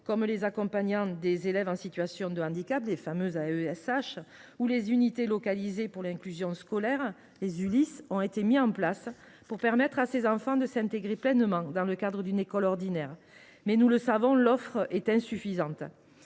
comme les accompagnants d’élèves en situation de handicap ou les unités localisées pour l’inclusion scolaire (Ulis) – ont été mis en place pour permettre à ces enfants de s’intégrer pleinement dans des écoles ordinaires. Toutefois, nous le savons, l’offre est insuffisante.